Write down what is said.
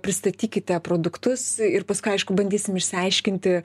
pristatykite produktus ir paskui aišku bandysim išsiaiškinti